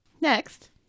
Next